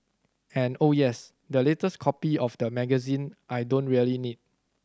and oh yes the latest copy of the magazine I don't really need